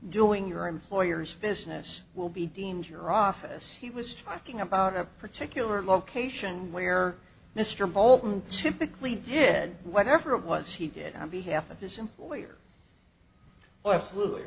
doing your employer's business will be deemed your office he was talking about a particular location where mr baldwin typically did whatever it was he did on behalf of his employer oh absolutely